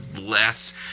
less